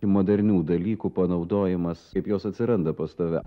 modernių dalykų panaudojimas kaip jos atsiranda pas tave